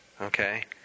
okay